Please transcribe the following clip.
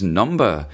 number